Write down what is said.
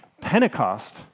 Pentecost